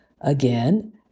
Again